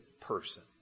person